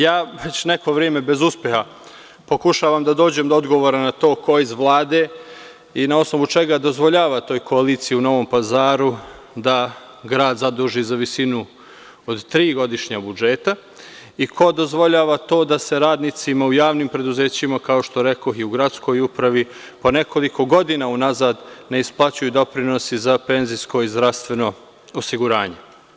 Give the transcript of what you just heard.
Ja već neko vreme bez uspeha pokušavam da dođem do odgovora na to ko iz Vlade i na osnovu čega dozvoljava toj koaliciji u Novom Pazaru da grad zaduži za visinu od tri godišnja budžeta i ko dozvoljava to da se radnicima u javnim preduzećima, kao što rekoh, i u gradskoj upravi, po nekoliko godina unazad, ne isplaćuju doprinosi za penzijsko i zdravstveno osiguranje.